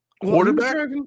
Quarterback